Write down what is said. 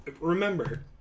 remember